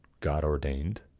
God-ordained